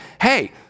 hey